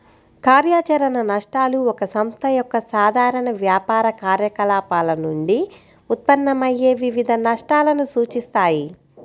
కార్యాచరణ నష్టాలు ఒక సంస్థ యొక్క సాధారణ వ్యాపార కార్యకలాపాల నుండి ఉత్పన్నమయ్యే వివిధ నష్టాలను సూచిస్తాయి